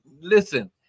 listen